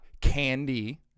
candy